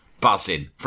buzzing